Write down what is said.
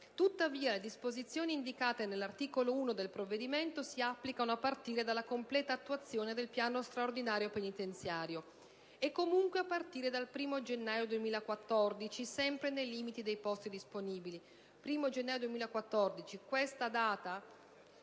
Tuttavia, le disposizioni indicate nell'articolo 1 del provvedimento si applicano a partire dalla completa attuazione del piano straordinario penitenziario, e comunque a partire dal 1° gennaio 2014, sempre nei limiti dei posti disponibili.